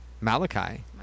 Malachi